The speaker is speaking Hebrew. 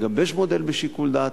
לגבש מודל בשיקול דעת,